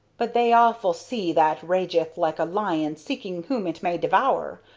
but they awful sea that rageth like a lion seeking whom it may devour.